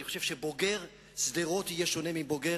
אני חושב שבוגר שדרות יהיה שונה מבוגר